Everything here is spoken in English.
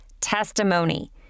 Testimony